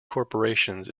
corporations